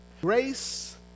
Grace